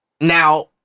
Now